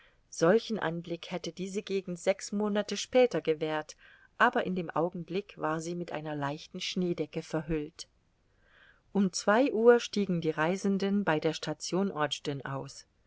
solchen anblick hätte diese gegend sechs monate später gewährt aber in dem augenblick war sie mit einer leichten schneedecke verhüllt um zwei uhr stiegen die reisenden bei der station ogden aus